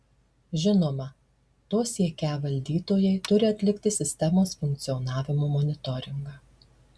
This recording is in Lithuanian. žinoma to siekią valdytojai turi atlikti sistemos funkcionavimo monitoringą